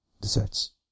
desserts